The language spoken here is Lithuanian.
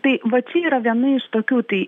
tai va čia yra viena iš tokių tai